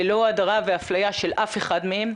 ללא הדרה ואפליה של אף אחד מהם.